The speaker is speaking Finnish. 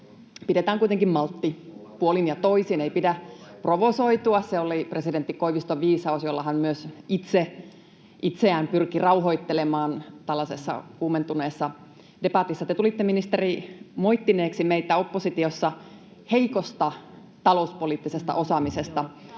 pidetään kuitenkin maltti puolin ja toisin. Ei pidä provosoitua — se oli presidentti Koiviston viisaus, jolla hän myös itse itseään pyrki rauhoittelemaan tällaisessa kuumentuneessa debatissa. Te tulitte, ministeri, moittineeksi meitä oppositiossa heikosta talouspoliittisesta osaamisesta.